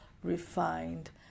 refined